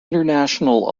international